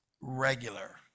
regular